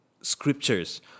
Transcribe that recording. scriptures